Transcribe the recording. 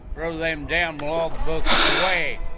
throw them damn log-books away!